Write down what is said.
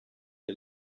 ihr